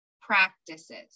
practices